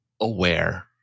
aware